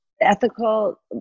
ethical